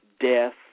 death